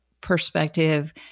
perspective